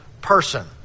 person